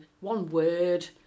one-word